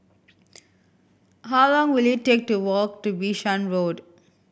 how long will it take to walk to Bishan Road